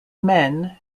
men